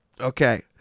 Okay